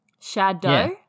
Shadow